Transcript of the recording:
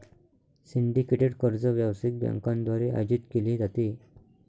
syndicated कर्ज व्यावसायिक बँकांद्वारे आयोजित केले जाते